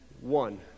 One